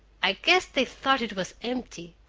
i guess they thought it was empty.